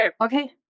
okay